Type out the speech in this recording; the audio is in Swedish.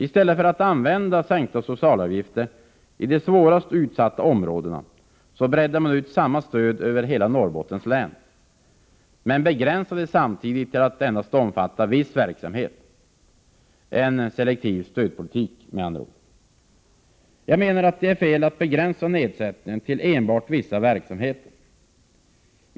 I stället för att använda sänkta socialavgifter i de svårast utsatta områdena, bredde man ut samma stöd över hela Norrbottens län, men begränsade stödet till att endast omfatta viss verksamhet — en selektiv stödpolitik, med andra ord. Vi menar att det är fel att begränsa nedsättningen till enbart vissa verksamheter.